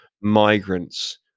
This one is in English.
migrants